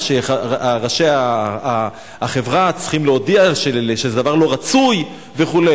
שראשי החברה צריכים להודיע שזה דבר לא רצוי וכו'.